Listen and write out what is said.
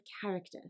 character